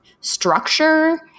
structure